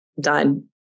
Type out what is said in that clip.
done